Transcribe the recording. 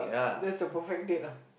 that's a perfect date lah